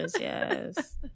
yes